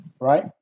right